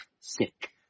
sick